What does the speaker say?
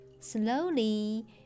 Slowly